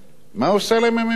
מה עושה להם הממשלה הזאת?